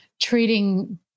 treating